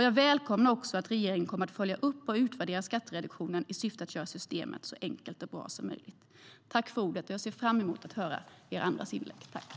Jag välkomnar att regeringen kommer att följa upp och utvärdera skattereduktionerna i syfte att göra systemet så enkelt och bra som möjligt.